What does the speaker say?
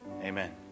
Amen